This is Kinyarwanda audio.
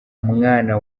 mwana